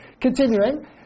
Continuing